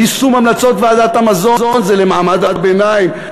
יישום המלצות ועדת המזון, זה למעמד הביניים.